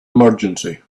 emergency